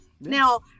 now